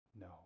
no